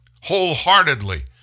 wholeheartedly